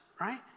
right